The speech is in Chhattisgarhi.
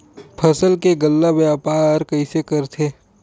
फसल के गल्ला व्यापार कइसे करथे?